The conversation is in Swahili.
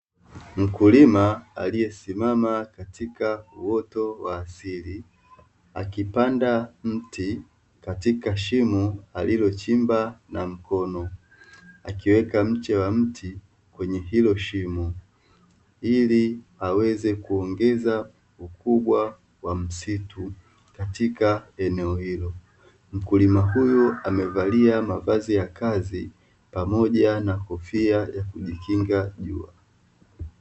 Mkulima aliyesimama katika uoto wa asili akipanda mti katika shimo alilochimba na mkono akiweka mche wa mti kwenye hilo shimo ili aweze kuongeza ukubwa wa msitu katika eneo hilo mkulima huyu amevalia mavazi ya kazi, pamoja na kofia ya kujikinga jua.